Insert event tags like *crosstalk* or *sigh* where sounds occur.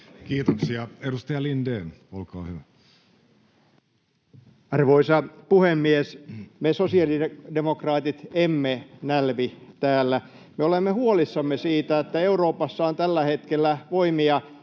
Kiitoksia. — Edustaja Lindén, olkaa hyvä. Arvoisa puhemies! Me sosiaalidemokraatit emme nälvi täällä. *noise* Me olemme huolissamme siitä, että Euroopassa on tällä hetkellä voimia,